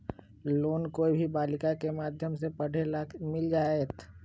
Loan कोई भी बालिका के माध्यम से पढे ला मिल जायत?